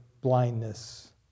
blindness